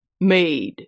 Made